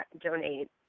donate